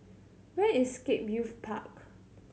where is Scape Youth Park